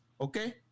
okay